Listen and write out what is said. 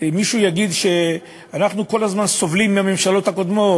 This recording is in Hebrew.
מישהו יגיד שאנחנו כל הזמן סובלים מהממשלות הקודמות,